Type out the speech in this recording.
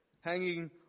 hanging